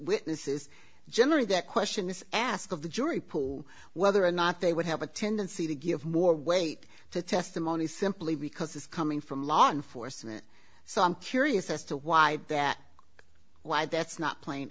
is generally that question is asked of the jury pool whether or not they would have a tendency to give more weight to testimony simply because it's coming from law enforcement so i'm curious as to why that why that's not playing